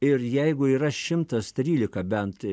ir jeigu yra šimtas trylika bent